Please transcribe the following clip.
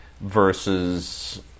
versus